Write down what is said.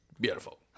Beautiful